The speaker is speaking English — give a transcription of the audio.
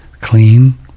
clean